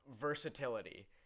Versatility